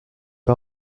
les